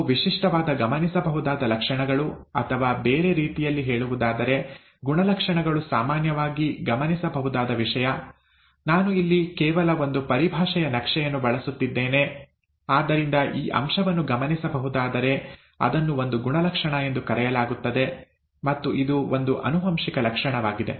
ಅವು ವಿಶಿಷ್ಟವಾದ ಗಮನಿಸಬಹುದಾದ ಲಕ್ಷಣಗಳು ಅಥವಾ ಬೇರೆ ರೀತಿಯಲ್ಲಿ ಹೇಳುವುದಾದರೆ ಗುಣಲಕ್ಷಣಗಳು ಸಾಮಾನ್ಯವಾಗಿ ಗಮನಿಸಬಹುದಾದ ವಿಷಯ ನಾನು ಇಲ್ಲಿ ಕೇವಲ ಒಂದು ಪರಿಭಾಷೆಯ ನಕ್ಷೆಯನ್ನು ಬಳಸುತ್ತಿದ್ದೇನೆ ಆದ್ದರಿಂದ ಈ ಅಂಶವನ್ನು ಗಮನಿಸಬಹುದಾದರೆ ಅದನ್ನು ಒಂದು ಗುಣಲಕ್ಷಣ ಎಂದು ಕರೆಯಲಾಗುತ್ತದೆ ಮತ್ತು ಇದು ಒಂದು ಆನುವಂಶಿಕ ಲಕ್ಷಣವಾಗಿದೆ